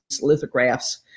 lithographs